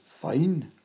fine